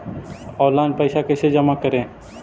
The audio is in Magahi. ऑनलाइन पैसा कैसे जमा करे?